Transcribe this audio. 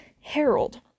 Harold